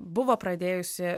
buvo pradėjusi